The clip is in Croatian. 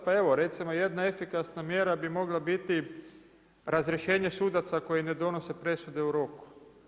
Pa evo recimo jedna efikasna mjera bi mogla biti razrješenje sudaca koji ne donose presude u roku.